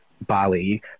Bali